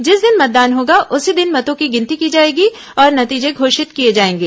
जिस दिन मतदान होगा उसी दिन मतों की गिनती की जाएगी और नतीजे घोषित किए जाएंगे